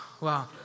Wow